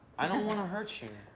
i don't wanna hurt you.